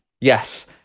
Yes